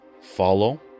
follow